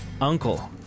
uncle